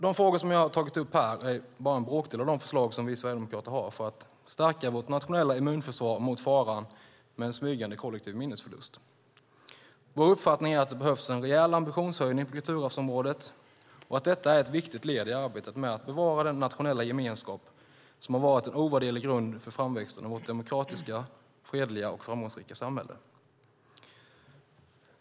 De frågor som jag har tagit upp här är bara en bråkdel av de förslag som vi sverigedemokrater har för att stärka vårt nationella immunförsvar mot faran med en smygande kollektiv minnesförlust. Vår uppfattning är att det behövs en rejäl ambitionshöjning på kulturarvsområdet och att detta är ett viktigt led i arbetet med att bevara den nationella gemenskap som har varit en ovärderlig grund för framväxten av vårt demokratiska, fredliga och framgångsrika samhälle.